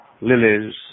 lilies